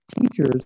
teachers